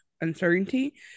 uncertainty